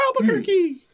Albuquerque